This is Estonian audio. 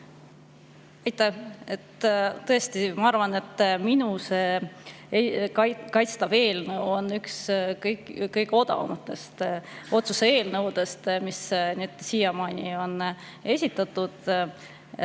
Aitäh! Ma arvan, et minu kaitstav eelnõu on üks odavamatest otsuse eelnõudest, mis siiamaani on esitatud.